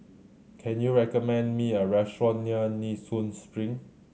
can you recommend me a restaurant near Nee Soon Spring